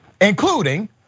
including